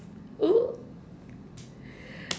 oo